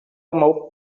amor